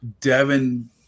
Devin